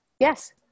Yes